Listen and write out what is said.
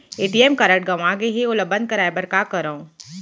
ATM card गंवा गे है ओला बंद कराये बर का करंव?